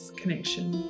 connection